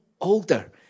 older